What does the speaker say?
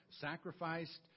sacrificed